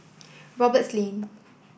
Roberts Lane